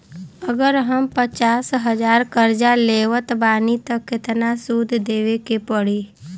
अगर हम पचास हज़ार कर्जा लेवत बानी त केतना सूद देवे के पड़ी?